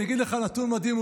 אני אתן לך נתון מדהים,